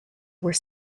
were